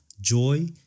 joy